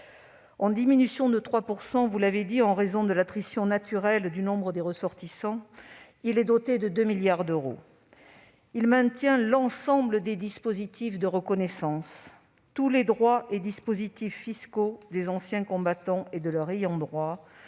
en diminution de 3 %, en raison de l'attrition naturelle du nombre de ressortissants, est doté de 2 milliards d'euros. Néanmoins, il maintient l'ensemble des dispositifs de reconnaissance, tous les droits et dispositifs fiscaux des anciens combattants et de leurs ayants droit,